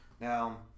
now